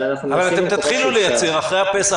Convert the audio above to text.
אבל אתם תתחילו לייצר אחרי פסח.